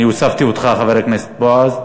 אני הוספתי אותך, חבר הכנסת בועז.